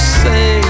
say